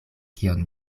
kion